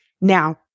Now